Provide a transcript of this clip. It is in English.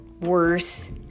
worse